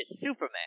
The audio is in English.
Superman